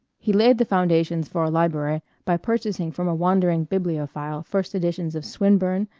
he laid the foundations for a library by purchasing from a wandering bibliophile first editions of swinburne,